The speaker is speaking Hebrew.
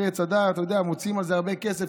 "פרי עץ הדר", אתה יודע, מוציאים על זה הרבה כסף.